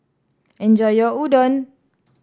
enjoy your Udon